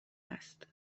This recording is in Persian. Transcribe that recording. هست